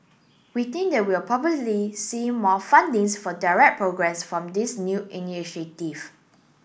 we think that we'll probably see more fundings for direct programmes from this new initiative